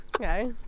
Okay